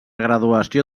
graduació